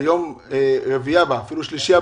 ביום רביעי או אפילו ביום שלישי,